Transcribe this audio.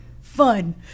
fun